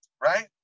right